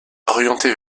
orientée